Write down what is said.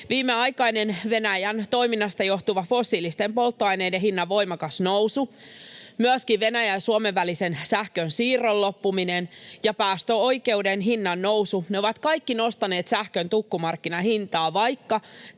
Viimeaikainen Venäjän toiminnasta johtuva fossiilisten polttoaineiden hinnan voimakas nousu, myöskin Venäjän ja Suomen välisen sähkönsiirron loppuminen ja päästöoikeuden hinnannousu, ne ovat kaikki nostaneet sähkön tukkumarkkinahintaa, vaikka